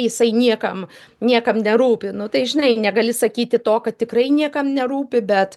jisai niekam niekam nerūpi nu tai žinai negali sakyti to kad tikrai niekam nerūpi bet